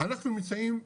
אנחנו נמצאים,